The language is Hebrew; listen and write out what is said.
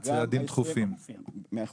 מאה אחוז,